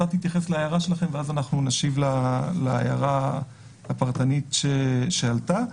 תתייחס להערה שלכם ואז נשיב להערה הפרטנית שעלתה.